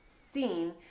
seen